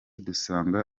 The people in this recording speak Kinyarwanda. dusanga